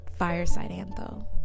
firesideantho